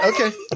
Okay